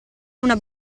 una